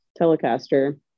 Telecaster